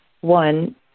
one